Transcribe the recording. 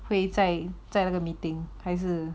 会在在那个 meeting 还是